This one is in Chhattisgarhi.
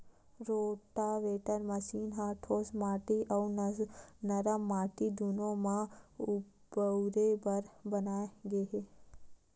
रोटावेटर मसीन ह ठोस माटी अउ नरम माटी दूनो म बउरे बर बनाए गे हे